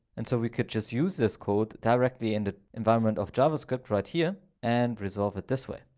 and so we could just use this code directly in the environment of javascript right here and resolve it this way.